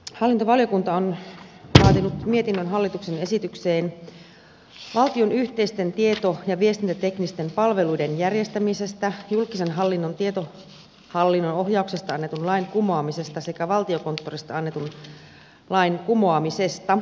hallintovaliokunta on laatinut mietinnön hallituksen esitykseen valtion yhteisten tieto ja viestintäteknisten palveluiden järjestämisestä julkisen hallinnon tietohallinnon ohjauksesta annetun lain kumoamisesta sekä valtiokonttorista annetun lain kumoamisesta